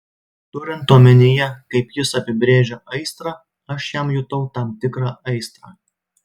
turint omenyje kaip jis apibrėžia aistrą aš jam jutau tam tikrą aistrą